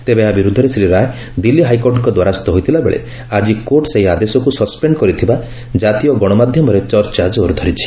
ତେବେ ଏହା ବିରୁଦ୍ଧରେ ଶ୍ରୀ ରାୟ ଦିଲ୍ଲୀ ହାଇକୋର୍ଟଙ୍ଙ ଦ୍ୱାରସୁ ହୋଇଥିଲାବେଳେ ଆଜି କୋର୍ଟ ସେହି ଆଦେଶକ୍ ସସ୍ପେଣ୍ଡ କରିଥିବା ଜାତୀୟ ଗଣମାଧ୍ଧମରେ ଚର୍ଚ୍ଚା ଜୋର ଧରିଛି